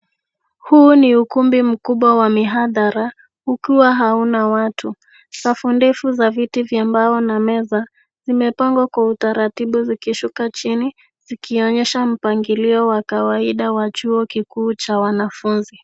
Huu ni ukumbi mkubwa wa mihadhara, ukiwa hauna watu. Safu ndefu za viti vya mbao na meza, zimepangwa kwa utaratibu vikishuka chini, vikionyesha mpangilio wa kawaida wa chuo kikuu cha wanafunzi.